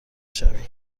شوید